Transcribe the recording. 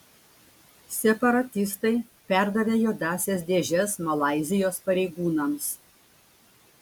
separatistai perdavė juodąsias dėžes malaizijos pareigūnams